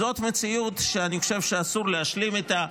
זאת מציאות שאני חושב שאסור להשלים איתה,